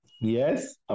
Yes